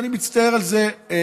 ואני מצטער על זה מאוד.